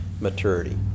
maturity